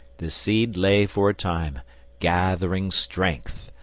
the seed lay for a time gathering strength,